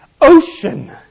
ocean